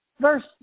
Verse